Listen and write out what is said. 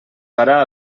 farà